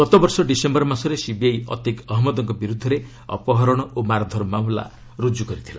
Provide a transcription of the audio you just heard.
ଗତବର୍ଷ ଡସେମ୍ବର ମାସରେ ସିବିଆଇ ଅତିକ୍ ଅହମ୍ମଦ୍ଙ୍କ ବିରୁଦ୍ଧରେ ଅପହରଣ ଓ ମାର୍ଧର୍ ମାମଲା ରୁଜୁ କରିଥିଲା